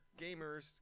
gamers